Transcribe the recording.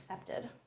accepted